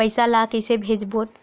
पईसा ला कइसे भेजबोन?